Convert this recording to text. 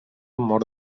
mor